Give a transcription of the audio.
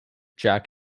jack